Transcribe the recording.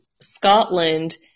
Scotland